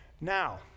Now